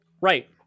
Right